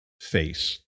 face